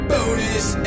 Bonus